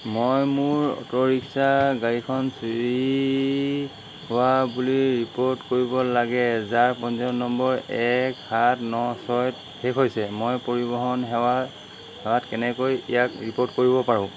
মই মোৰ auto rickshaw গাড়ীখন চুৰি হোৱা বুলি ৰিপ'ৰ্ট কৰিব লাগে যাৰ পঞ্জীয়ন নম্বৰ এক সাত ন ছয়ত শেষ হৈছে মই পৰিৱহণ সেৱা সেৱাত কেনেকৈ ইয়াক ৰিপ'ৰ্ট কৰিব পাৰোঁ